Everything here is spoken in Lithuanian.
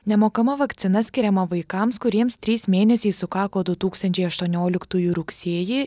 nemokama vakcina skiriama vaikams kuriems trys mėnesiai sukako du tūkstančiai aštuonioliktųjų rugsėjį